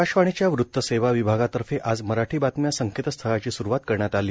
आकाशवाणीच्या वृत्त सेवा विभागातर्फे आज मराठी बातम्या संकेतस्थळाची स्रूवात करण्यात आली